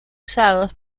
usados